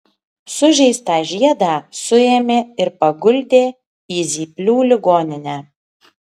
sužeistą žiedą suėmė ir paguldė į zyplių ligoninę